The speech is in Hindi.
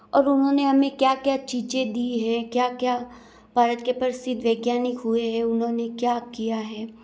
और उन्होंने हमें क्या क्या चीज़ें दी हैं क्या क्या भारत के प्रसिद्ध वैज्ञानिक हुए हैं उन्होंने क्या किया है